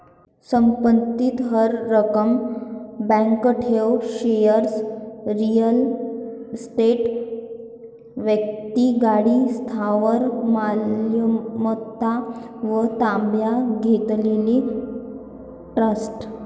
संपत्ती कर, रक्कम, बँक ठेव, शेअर्स, रिअल इस्टेट, वैक्तिक गाडी, स्थावर मालमत्ता व ताब्यात घेतलेले ट्रस्ट